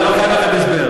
לא רק בקטע של,